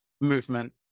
movement